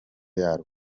yarwo